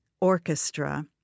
orchestra